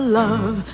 love